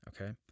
Okay